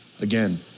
again